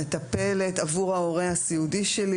מטפלת עבור ההורה הסיעודי שלי,